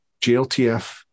GLTF